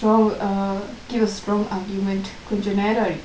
oh give a strongk argument eh கொன்ஜ நேரம் எடுக்கும்:konja neram edukkum